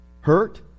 hurt